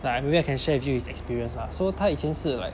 like maybe I can share with you his experience ah so 他以前是 like